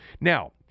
Now